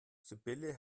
sibylle